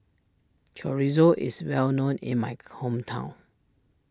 Chorizo is well known in my hometown